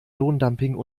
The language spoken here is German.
lohndumping